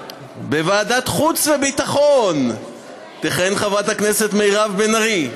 בוועדת החוץ והביטחון תכהן חברת הכנסת מירב בן ארי,